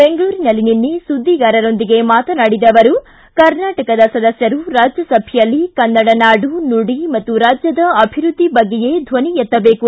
ಬೆಂಗಳೂರಿನಲ್ಲಿ ನಿನ್ನೆ ಸುದ್ದಿಗಾರರೊಂದಿಗೆ ಮಾತನಾಡಿದ ಅವರು ಕರ್ನಾಟಕದ ಸದಸ್ಯರು ರಾಜ್ಯಸಭೆಯಲ್ಲಿ ಕನ್ನಡ ನಾಡು ನುಡಿ ಮತ್ತು ರಾಜ್ಯದ ಅಭಿವೃದ್ಧಿ ಬಗ್ಗೆಯೇ ಧ್ವನಿ ಎತ್ತಬೇಕು